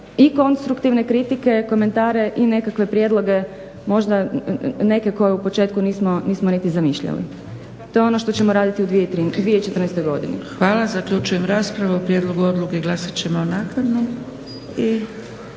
i konstruktivne kritike, komentare i nekakve prijedloge možda neke koje u početku nismo niti zamišljali. To je ono što ćemo raditi u 2014. godini. **Zgrebec, Dragica (SDP)** Hvala. Zaključujem raspravu. O prijedlogu odluke glasat ćemo naknadno.